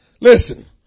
Listen